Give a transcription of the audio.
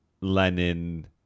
Lenin